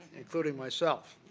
including myself.